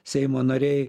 seimo nariai